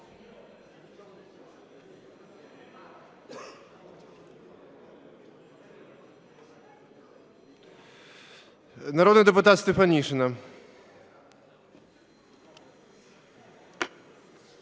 Народний депутат Стефанишина.